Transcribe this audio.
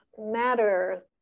matter